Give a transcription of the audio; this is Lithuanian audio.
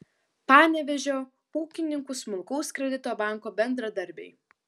panevėžio ūkininkų smulkaus kredito banko bendradarbiai